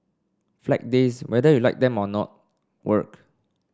Flag Days whether you like them or not work